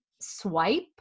swipe